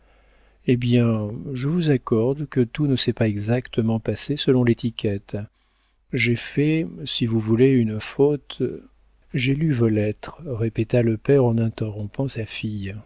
eh bien je vous accorde que tout ne s'est pas exactement passé selon l'étiquette j'ai fait si vous voulez une faute j'ai lu vos lettres répéta le père en interrompant sa fille